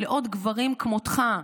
לעוד גברים כמותך.